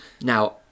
Now